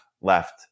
left